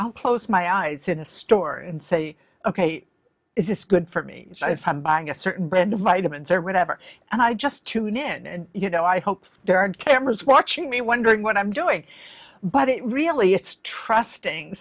i'll close my eyes in a store and say ok is this good for me if i'm buying a certain brand of vitamins or whatever and i just tune in and you know i hope there aren't cameras watching me wondering what i'm doing but it really is trusting